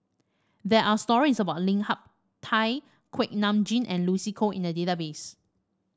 there are stories about Lim Hak Tai Kuak Nam Jin and Lucy Koh in the database